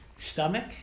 stomach